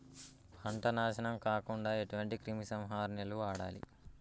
పంట నాశనం కాకుండా ఎటువంటి క్రిమి సంహారిణిలు వాడాలి?